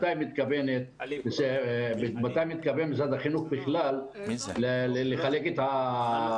מתי מתכוון משרד החינוך לחלק את המחשבים?